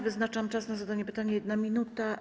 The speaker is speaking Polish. Wyznaczam czas na zadanie pytania - 1 minuta.